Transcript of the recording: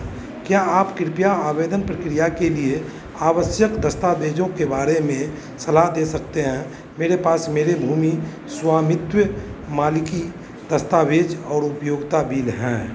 क्या आप कृपया आवेदन प्रक्रिया के लिए आवश्यक दस्तावेज़ों के बारे में सलाह दे सकते हैं मेरे पास मेरे भूमि स्वामित्व मालिकी दस्तावेज़ और उपयोगिता बिल हैं